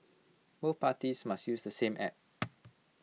both parties must use the same app